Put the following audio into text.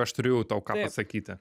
aš turiu jau tau ką pasakyti